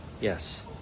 Yes